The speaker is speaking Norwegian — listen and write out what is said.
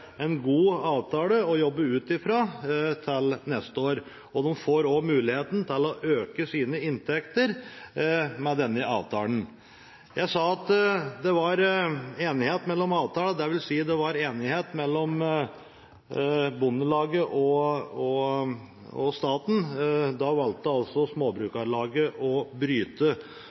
en god avtale å jobbe ut fra til neste år. Det får også muligheten til å øke sine inntekter med denne avtalen. Jeg sa at det var enighet om en avtale, dvs. det var enighet mellom Bondelaget og staten. Bonde- og Småbrukarlaget valgte altså